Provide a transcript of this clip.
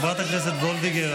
חברת הכנסת וולדיגר,